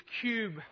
cube